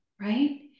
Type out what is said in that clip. right